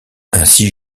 ainsi